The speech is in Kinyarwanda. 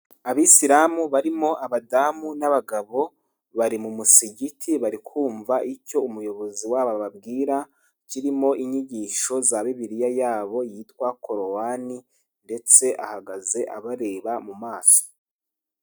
Abisiramu barimo abadamu n'abagabo, bari mu musigiti bari kumva icyo umuyobozi wabo ababwira, kirimo inyigisho za bibiliya yabo yitwa korowani ndetse ahagaze abareba mu maso.